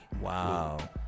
Wow